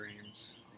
dreams